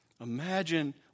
Imagine